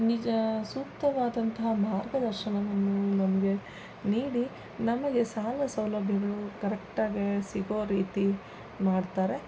ನಿಜ ಸೂಕ್ತವಾದಂತಹ ಮಾರ್ಗದರ್ಶನವನ್ನು ನಮಗೆ ನೀಡಿ ನಮಗೆ ಸಾಲ ಸೌಲಭ್ಯಗಳು ಕರೆಕ್ಟಾಗಿ ಸಿಗೋ ರೀತಿ ಮಾಡ್ತಾರೆ